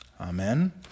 Amen